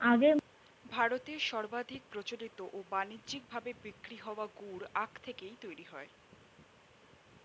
ভারতে সর্বাধিক প্রচলিত ও বানিজ্যিক ভাবে বিক্রি হওয়া গুড় আখ থেকেই তৈরি হয়